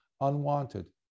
unwanted